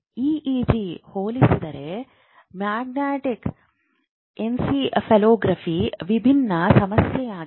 ಇಇಜಿಗೆ ಹೋಲಿಸಿದರೆ magnetic magnetoencephalography ವಿಭಿನ್ನ ಸಮಸ್ಯೆಯಾಗಿದೆ